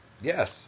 Yes